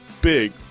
big